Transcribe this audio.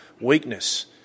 weakness